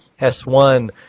S1